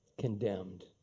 Condemned